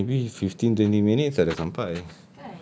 sekarang maybe fifteen twenty minutes I dah sampai